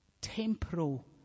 temporal